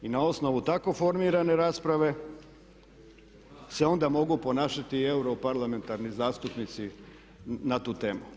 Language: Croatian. I na osnovu tako formirane rasprave se onda mogu ponašati europarlamentarni zastupnici na tu temu.